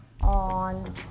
on